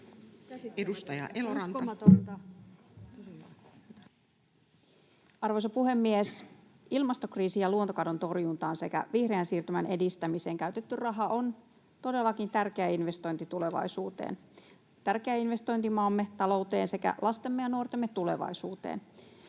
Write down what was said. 15:51 Content: Arvoisa puhemies! Ilmastokriisin ja luontokadon torjuntaan sekä vihreän siirtymän edistämiseen käytetty raha on todellakin tärkeä investointi tulevaisuuteen, tärkeä investointi maamme talouteen sekä lastemme ja nuortemme tulevaisuuteen.